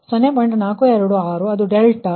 064 ಅದು 0